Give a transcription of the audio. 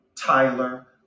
Tyler